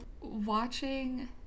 watching